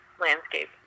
landscape